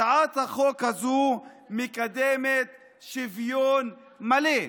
הצעת החוק הזו מקדמת שוויון מלא.